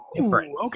different